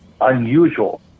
unusual